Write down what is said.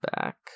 back